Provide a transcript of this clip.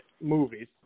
movies